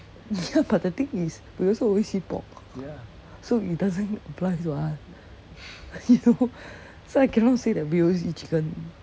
ya but the thing is we also always eat pork so it doesn't apply to us you know so I cannot say that we always eat chicken